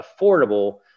affordable